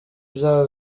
bya